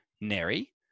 Neri